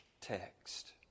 text